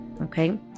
okay